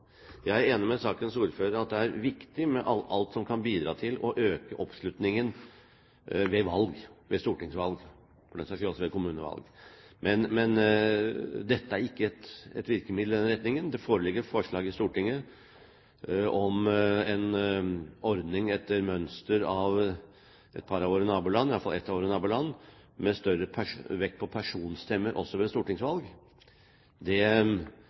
Jeg er enig med sakens ordfører i at det er viktig med alt som kan bidra til å øke oppslutningen ved stortingsvalg – for den saks skyld også ved kommunevalg. Men dette er ikke et virkemiddel i den retningen. Det foreligger forslag i Stortinget om en ordning etter mønster av iallfall ett av våre naboland, med større vekt på personstemmer også ved stortingsvalg. Det